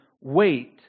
wait